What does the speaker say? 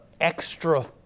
extra